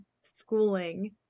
schooling